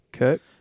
Okay